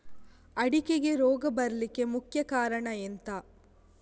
ಅಡಿಕೆಗೆ ರೋಗ ಬರ್ಲಿಕ್ಕೆ ಮುಖ್ಯ ಕಾರಣ ಎಂಥ?